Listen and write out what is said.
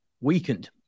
weakened